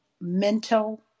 mental